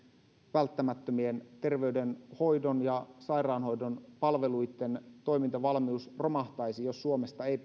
välttämättömien terveydenhoidon ja sairaanhoidon palveluitten toimintavalmius romahtaisi jos suomesta ei